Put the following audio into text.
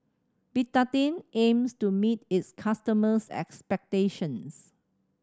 Betadine aims to meet its customers' expectations